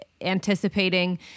anticipating